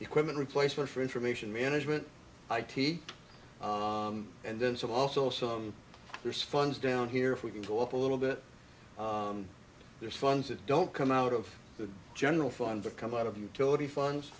equipment replacement for information management i t and then some also some there's funds down here if we can go up a little bit there's funds that don't come out of the general fund that come out of utility funds